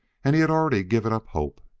and he had already given up hope.